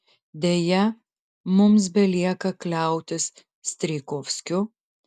deja mums belieka kliautis strijkovskiu